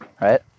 right